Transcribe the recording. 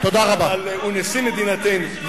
אבל הוא נשיא מדינתנו.